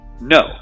no